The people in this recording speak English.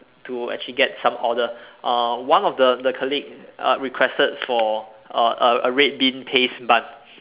to actually get some order uh one of the the colleague uh requested for a a a red bean paste bun